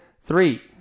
Three